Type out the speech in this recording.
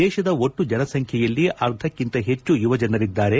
ದೇಶದ ಒಟ್ಟು ಜನಸಂಚ್ಹೆಯಲ್ಲಿ ಅರ್ಧಕ್ಕಿಂತ ಹೆಚ್ಚು ಯುವಜನರಿದ್ದಾರೆ